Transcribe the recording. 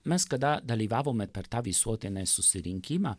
mes kada dalyvavome per tą visuotinį susirinkimą